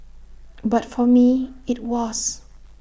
but for me IT was